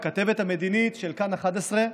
הכתבת המדינית של כאן 11,